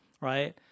right